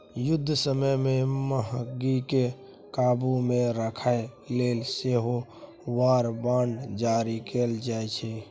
युद्ध समय मे महगीकेँ काबु मे राखय लेल सेहो वॉर बॉड जारी कएल जाइ छै